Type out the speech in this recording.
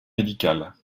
médical